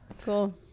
cool